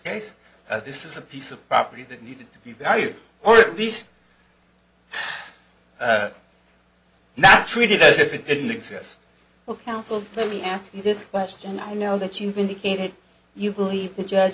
case this is a piece of property that needed to be valued or at least not treated as if it didn't exist well counsel let me ask you this question i know that you've indicated you believe the judge